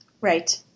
Right